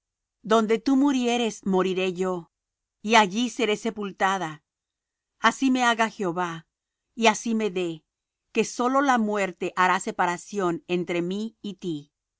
donde tú murieres moriré yo y allí seré sepultada así me haga jehová y así me dé que sólo la muerte hará separación entre mí y ti